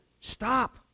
stop